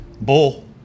Bull